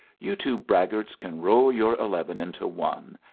you two braggarts can roll your eleven into one,